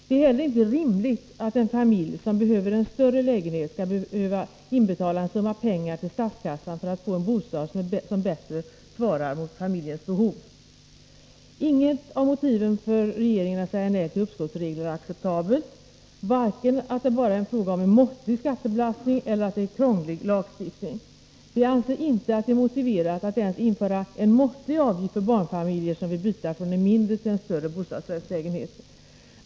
Det är inte heller rimligt att en familj som behöver en större lägenhet skall behöva inbetala en summa pengar till statskassan för att få en bostad som bättre svarar mot familjens behov. Inget av motiven för regeringen att säga nej till uppskovsregler är acceptabelt — varken att det bara är fråga om en måttlig skattebelastning eller att det är en krånglig lagstiftning. Vi anser att det inte är motiverat att ens införa en måttlig avgift för barnfamiljer som vill byta från en mindre till en större bostadsrättslägenhet.